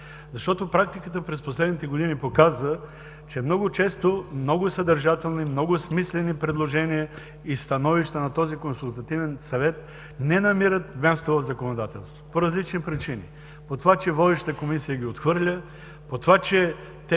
Практиката през последните години показа, че много често съдържателни и много смислени предложения и становища на Консултативния съвет не намират място в законодателството по различни причини: поради това, че водещата комисия ги отхвърля, поради това, че